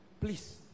please